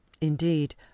indeed